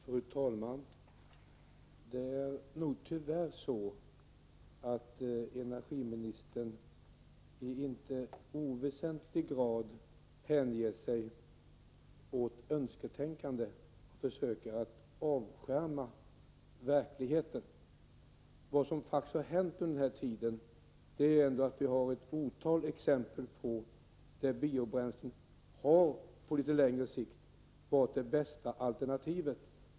Fru talman! Tyvärr är det nog så att energiministern i inte oväsentlig grad hänger sig åt önsketänkande och försöker att avskärma verkligheten. Vi har ett otal exempel på att biobränslen på litet längre sikt har varit det bästa alternativet.